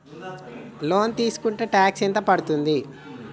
Loan తీస్కుంటే tax ఎంత పడ్తుంది?